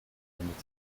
wendet